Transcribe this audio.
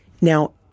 Now